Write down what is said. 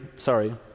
sorry